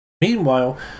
Meanwhile